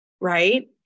right